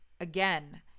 again